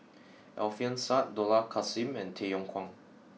Alfian Sa'at Dollah Kassim and Tay Yong Kwang